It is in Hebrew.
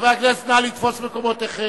חברי הכנסת, נא לתפוס את מקומותיכם.